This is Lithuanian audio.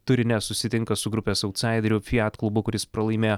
turine susitinka su grupės autsaideriu fiat klubu kuris pralaimėjo